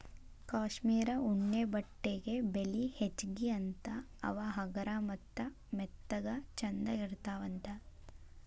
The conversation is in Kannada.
ಕಾಶ್ಮೇರ ಉಣ್ಣೆ ಬಟ್ಟೆಗೆ ಬೆಲಿ ಹೆಚಗಿ ಅಂತಾ ಅವ ಹಗರ ಮತ್ತ ಮೆತ್ತಗ ಚಂದ ಇರತಾವಂತ